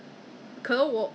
mmhmm